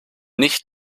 nicht